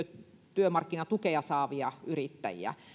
työmarkkinatukea saavia yrittäjiä